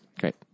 Great